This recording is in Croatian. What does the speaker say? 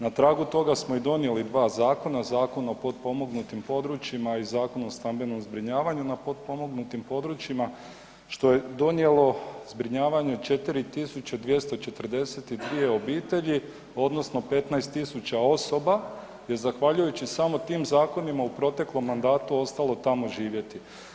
Na tragu toga smo i donijeli dva zakona, Zakon o potpomognutim područjima i Zakon o stambenom zbrinjavanju na potpomognutim područjima što je donijelo zbrinjavanje 4242 obitelji, odnosno 15000 osoba je zahvaljujući samo tim zakonima u proteklom mandatu ostalo tamo živjeti.